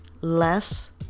less